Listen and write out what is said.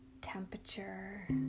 temperature